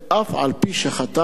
אף-על-פי שחטא,